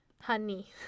honey